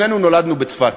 שנינו נולדנו בצפת,